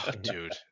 dude